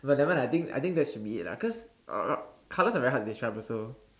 but nevermind lah I think I think that should be it lah cause uh uh colours are very hard to describe also